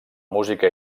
música